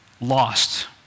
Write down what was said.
lost